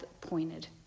pointed